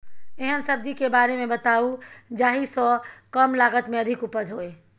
एहन सब्जी के बारे मे बताऊ जाहि सॅ कम लागत मे अधिक उपज होय?